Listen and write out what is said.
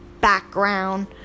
background